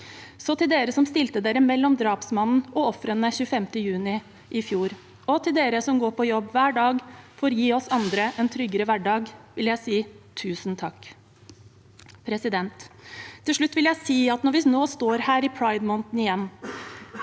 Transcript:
Til de som stilte seg mellom drapsmannen og ofrene 25. juni i fjor, og til de som går på jobb hver dag for å gi oss andre en tryggere hverdag, vil jeg si tusen takk. Til slutt vil jeg si, når vi nå står her i pridemåneden igjen: